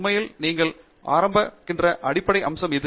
உண்மையில் நீங்கள் ஆரம்பிக்கிற அடிப்படை அம்சம் அது